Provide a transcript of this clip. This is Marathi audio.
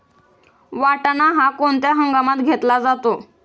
वाटाणा हा कोणत्या हंगामात घेतला जातो?